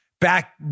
back